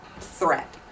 threat